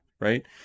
right